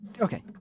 Okay